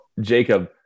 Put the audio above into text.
Jacob